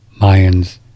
Mayans